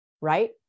right